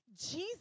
Jesus